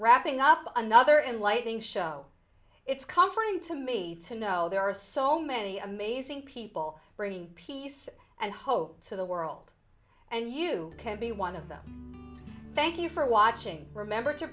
wrapping up another in lighting show it's comforting to me to know there are so many amazing people ready peace and hope to the world and you can be one of them thank you for watching remember to